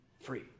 free